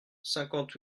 cinquante